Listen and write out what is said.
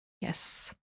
Yes